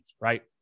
right